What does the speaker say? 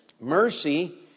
Mercy